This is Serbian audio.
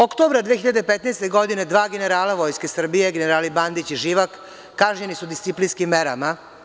Oktobra 2015. godine dva generala Vojske Srbije, generali Bandić i Živak, kažnjeni su disciplinskim merama.